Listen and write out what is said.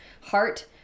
heart